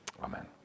Amen